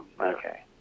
Okay